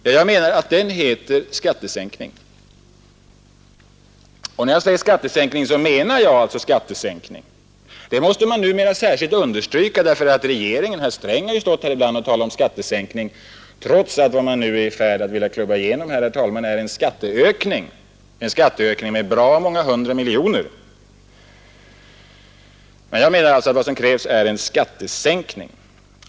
Den heter skattesänkning. Och när jag säger skattesänkning så menar jag skattesänkning. Det måste man numera särskilt understryka därför att herr Sträng har ju stått här ibland och talat om skattesänkning trots att vad man nu är i färd med att vilja klubba igenom, herr talman, är en skatteökning, en skatteökning med bra många hundra miljoner. Vad som krävs är alltså en skattesänkning.